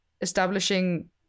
establishing